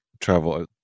travel